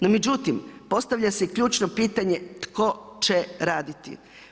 No međutim, postavlja se ključno pitanje tko će raditi.